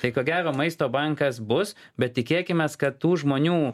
tai ko gero maisto bankas bus bet tikėkimės kad tų žmonių